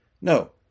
No